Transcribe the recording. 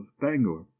bangor